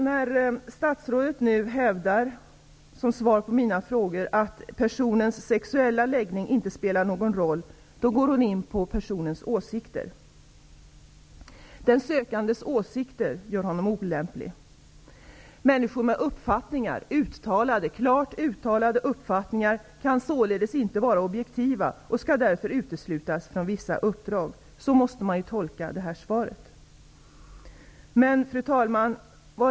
När statsrådet nu hävdar i sitt svar på mina frågor att personens sexuella läggning inte spelar någon roll går hon in på personens åsikter. Den sökandes åsikter gör honom olämplig. Människor med klart uttalade uppfattningar anses således inte kunna vara objektiva och skall därför uteslutas från vissa uppdrag. Man måste ju tolka det här svaret så. Fru talman!